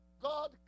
God